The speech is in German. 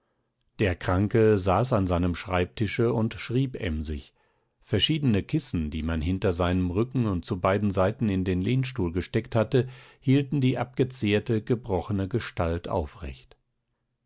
der kranke saß an seinem schreibtische und schrieb emsig verschiedene kissen die man hinter seinem rücken und zu beiden seiten in den lehnstuhl gesteckt hatte hielten die abgezehrte gebrochene gestalt aufrecht